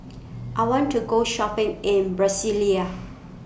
I want to Go Shopping in Brasilia